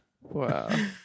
Wow